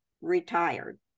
retired